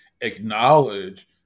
acknowledge